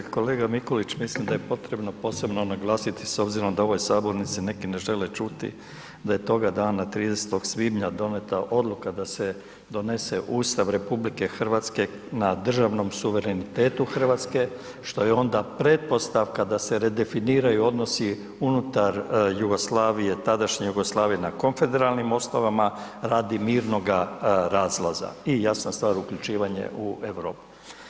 Kolega Mikulić, mislim da je potrebno posebno naglasiti s obzirom da u ovoj sabornici neki ne žele čuti da je toga dana 30. svibnja donijeta odluka da se donese Ustav RH na državnom suverenitetu Hrvatske što je onda pretpostavka da se redefiniraju odnosi unutar Jugoslavije, tadašnje Jugoslavije na konfederalnim osnovama radi mirnoga razlaza i jasna stvar, uključivanje u Europu.